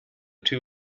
two